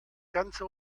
ganze